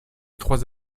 trois